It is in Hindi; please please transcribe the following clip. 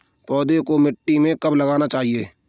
पौधों को मिट्टी में कब लगाना चाहिए?